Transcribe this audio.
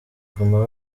goma